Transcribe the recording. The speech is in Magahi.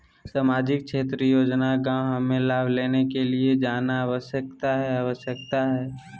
सामाजिक क्षेत्र योजना गांव हमें लाभ लेने के लिए जाना आवश्यकता है आवश्यकता है?